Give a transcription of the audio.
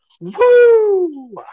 Woo